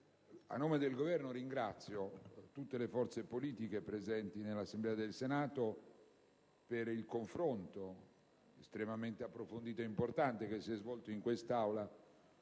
a nome del Governo, ringrazio tutte le forze politiche presenti nell'Assemblea del Senato per il confronto estremamente approfondito ed importante che si è svolto in quest'Aula,